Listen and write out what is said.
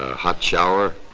ah hot shower?